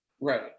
Right